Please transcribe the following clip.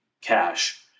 cash